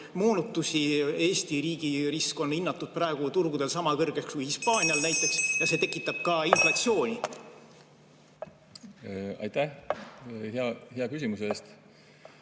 moonutusi. Eesti riigi risk on hinnatud praegu turgudel sama kõrgeks kui Hispaanial näiteks ja see tekitab ka inflatsiooni. Aitäh, austatud